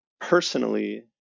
personally